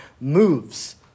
moves